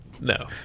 No